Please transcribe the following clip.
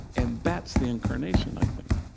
and that's the incarnation, i think